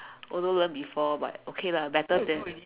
although learn before but okay lah better than